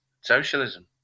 socialism